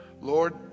Lord